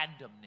randomness